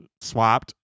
swapped